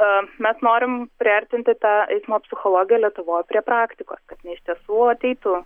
mes norim priartinti tą eismo psichologiją lietuvoj prie praktikos kad jin iš tiesų ateitų